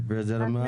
בידרמן.